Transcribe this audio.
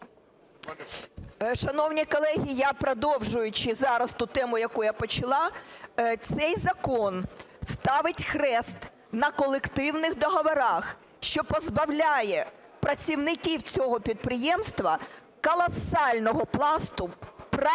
Шановні колеги, я, продовжуючи зараз ту тему, яку я почала, цей закон ставить хрест на колективних договорах, що позбавляє працівників цього підприємства колосального пласту прав,